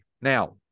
Now